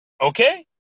okay